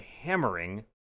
hammering